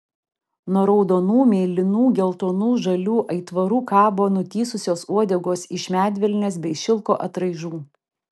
nuo raudonų mėlynų geltonų žalių aitvarų kabo nutįsusios uodegos iš medvilnės bei šilko atraižų